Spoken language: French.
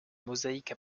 mosaïque